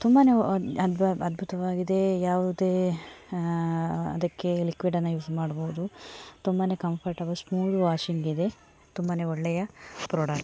ತುಂಬಾ ಅದ್ಭುತವಾಗಿದೆ ಯಾವುದೇ ಅದಕ್ಕೆ ಲಿಕ್ವಿಡನ್ನು ಯೂಸ್ ಮಾಡ್ಬೋದು ತುಂಬಾ ಕಂಫರ್ಟೆಬಲ್ ಸ್ಮೂತ್ ವಾಷಿಂಗಿದೆ ತುಂಬಾ ಒಳ್ಳೆಯ ಪ್ರೊಡಕ್ಟ್